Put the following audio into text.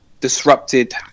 disrupted